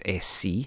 SC